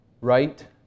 right